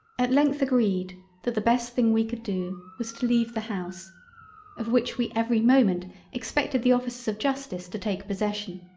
at length agreed that the best thing we could do was to leave the house of which we every moment expected the officers of justice to take possession.